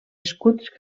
escuts